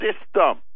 system